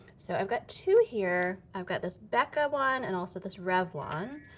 so i've got two here. i've got this becca one, and also this revlon.